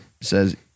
says